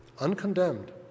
uncondemned